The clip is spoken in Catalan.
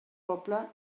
poble